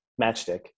matchstick